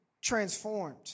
transformed